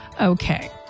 okay